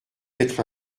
être